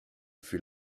fut